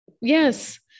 yes